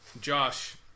Josh